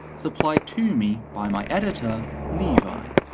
supplied to me by my editor, levi.